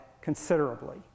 considerably